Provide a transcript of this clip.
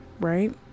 right